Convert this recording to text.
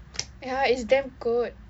ya it's damn good